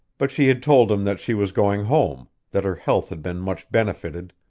but she had told him that she was going home, that her health had been much benefited,